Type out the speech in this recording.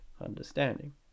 understanding